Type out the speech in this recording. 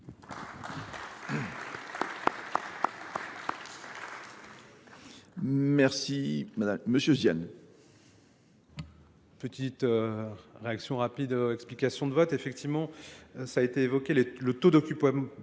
Merci. Monsieur Ziane. Petite réaction rapide aux explications de vote. Effectivement, ça a été évoqué. Le taux d'occupation